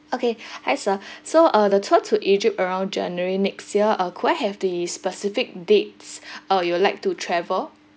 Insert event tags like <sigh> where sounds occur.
okay <breath> has ah <breath> so uh the tour to egypt around january next year uh could I have the specific dates <breath> uh you would like to travel